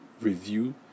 review